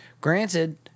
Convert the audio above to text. granted